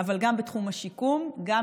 וגם בתחום השיקום, גם